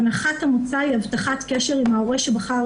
הנחת המוצא היא הבטחת קשר עם ההורה שבחר